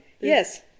Yes